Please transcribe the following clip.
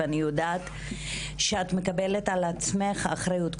ואני יודעת שאת מקבלת על עצמך אחריות.